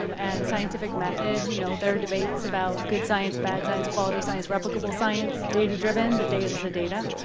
um and scientific method, you know, there are debates about good science, bad science, quality science, replicable science, data-driven. the data is the data.